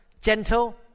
gentle